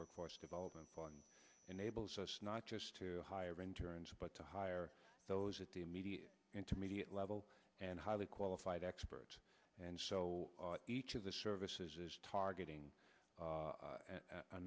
workforce development fund enables us not just to hire interns but to hire those at the immediate intermediate level and highly qualified expert and so each of the services is targeting a